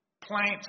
plant